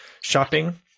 shopping